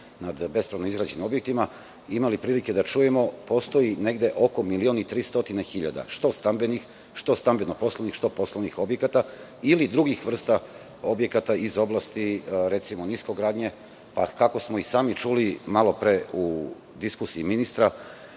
na bespravno izgrađenim objektima imali prilike da čujemo, postoji negde oko 1.300.000 što stambenih, što stambeno-poslovnih, što poslovnih objekata, ili drugih vrsta objekata iz oblasti niskogradnje. Kako smo i sami čuli malopre u diskusiji ministra